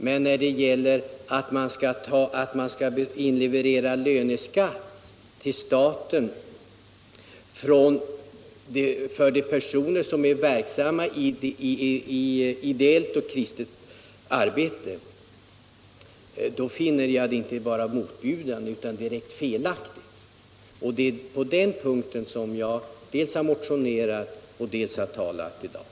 Men att man skall inleverera löneskatt till staten för de personer som är verksamma i ideellt och kristet arbete finner jag inte bara motbjudande utan direkt felaktigt. Det är om detta som dels min motion, dels mitt anförande här i dag har handlat.